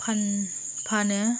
फान फानो